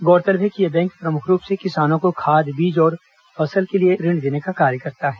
गौरतलब है कि यह बैंक प्रमुख रूप से किसानों को खाद बीज और फसल के लिए ऋण देने का कार्य करता है